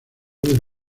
del